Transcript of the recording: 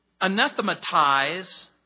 anathematize